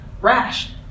rash